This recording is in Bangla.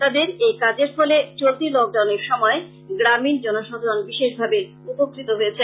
তাদের এই কাজের ফলে চলতি লক ডাউনের সময় গ্রামীন জনসাধারণ বিশেষ ভাবে উপকৃত হয়েছেন